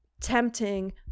tempting